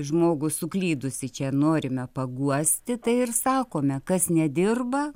žmogų suklydusį čia norime paguosti tai ir sakome kas nedirba